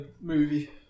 movie